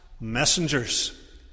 messengers